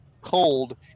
Cold